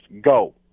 go